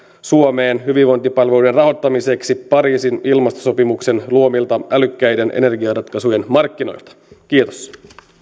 suomeen hyvinvointipalveluiden rahoittamiseksi pariisin ilmastosopimuksen luomilta älykkäiden energiaratkaisujen markkinoilta kiitos